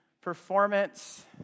performance